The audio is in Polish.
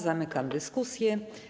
Zamykam dyskusję.